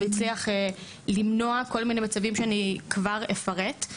והצליח למנוע כל מיני מצבים שאני כבר אפרט.